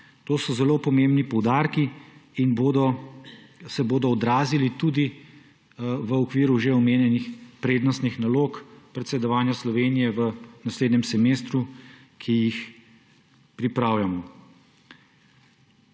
To so zelo pomembni poudarki in se bodo odrazili tudi v okviru že omenjenih prednostnih nalog predsedovanja Slovenije v naslednjem semestru, ki jih pripravljamo.